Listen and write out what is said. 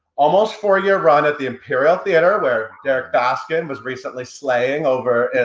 almost four-year run at the imperial theater where derrick baskin was recently slaying over in